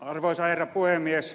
arvoisa herra puhemies